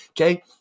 Okay